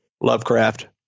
Lovecraft